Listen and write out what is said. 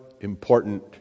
important